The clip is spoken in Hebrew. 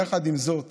יחד עם זאת